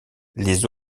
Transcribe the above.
les